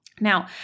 Now